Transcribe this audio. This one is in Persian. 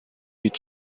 هیچ